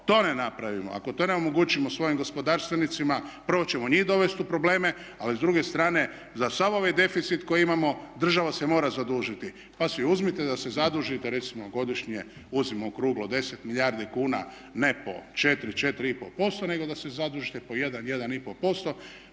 to ne napravimo, ako to ne omogućimo svojim gospodarstvenicima prvo ćemo njih dovesti u probleme, ali s druge strane za sav ovaj deficit koji imamo država se mora zadužiti pa si uzmite da se zadužite recimo godišnje uzmimo okruglo 10 milijardi kuna ne po 4, 4,5% nego da se zadužite po 1, 1,5%,